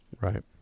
Right